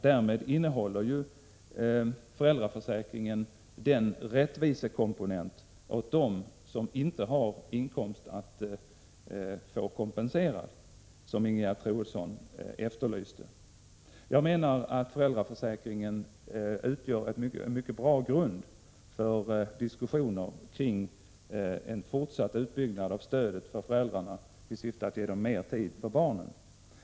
Därmed innehåller föräldraförsäkringen den rättvisekomponent för dem som inte har någon inkomst att få kompensation för som Ingegerd Troedsson efterlyste. Jag menar att föräldraförsäkringen utgör en mycket bra grund för diskussioner kring en fortsatt utbyggnad av stöd till föräldrarna i syfte att ge dem mer tid för barnen.